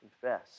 Confess